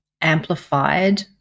amplified